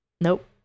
Nope